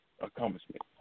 accomplishment